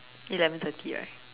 eleven thirty right